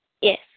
Yes